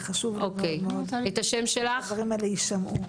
זה חשוב לי מאוד מאוד שהדברים האלה יישמעו.